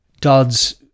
Dodd's